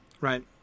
right